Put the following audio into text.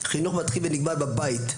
החינוך מתחיל ונגמר בבית,